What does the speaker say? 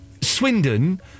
Swindon